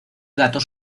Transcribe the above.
gatos